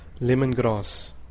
Lemongrass